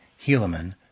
Helaman